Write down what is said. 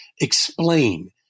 explain